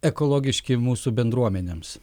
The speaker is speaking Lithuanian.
ekologiški mūsų bendruomenėms